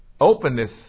openness